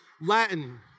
Latin